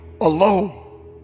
alone